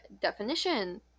definition